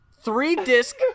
three-disc